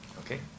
Okay